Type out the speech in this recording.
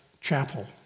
Chapel